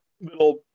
little